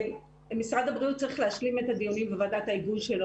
משרד הבריאות צריך להשלים את הדיונים בוועדת ההיגוי שלו